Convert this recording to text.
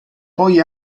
poi